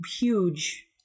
huge